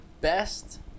best